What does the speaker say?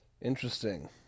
Interesting